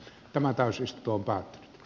tämä jää yksin